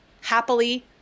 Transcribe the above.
happily